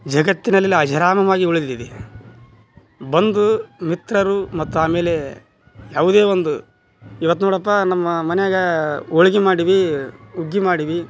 ಜಗತ್ತಿನಲ್ಲೆಲ್ಲ ಅಜರಾಮಮಾಗಿ ಉಳಿದಿದೆ ಬಂದು ಮಿತ್ರರು ಮತ್ತು ಆಮೇಲೆ ಯಾವ್ದೇ ಒಂದು ಇವತ್ ನೋಡಪ್ಪ ನಮ್ಮ ಮನ್ಯಾಗ ಹೋಳ್ಗೆ ಮಾಡೀವಿ ಹುಗ್ಗಿ ಮಾಡೀವಿ